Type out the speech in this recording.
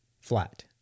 flat